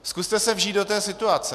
Zkuste se vžít do té situace.